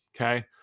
okay